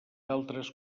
altres